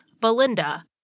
Belinda